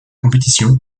compétition